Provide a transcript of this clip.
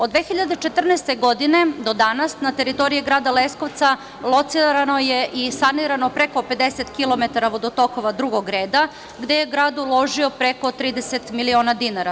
Od 2014. godine do danas, na teritoriji grada Leskovca locirano je i sanirano preko 50 kilometara vodotokova drugog reda, gde je grad uložio preko 30 miliona dinara.